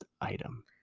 item